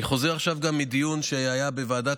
אני חוזר עכשיו גם מדיון שהיה בוועדת